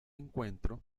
encuentro